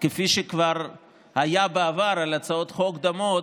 כפי שכבר היה בעבר עם הצעות חוק דומות,